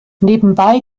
nebenbei